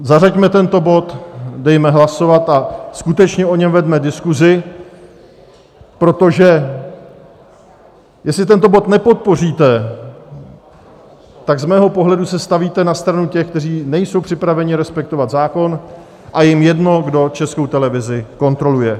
Zařaďme tento bod, dejme hlasovat a skutečně o něm veďme diskusi, protože jestli tento bod nepodpoříte, tak z mého pohledu se stavíte na stranu těch, kteří nejsou připraveni respektovat zákon, a je jim jedno, kdo Českou televizi kontroluje.